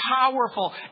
powerful